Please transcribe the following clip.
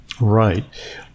Right